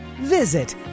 Visit